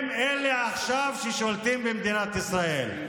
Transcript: הם אלה עכשיו ששולטים במדינת ישראל.